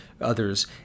others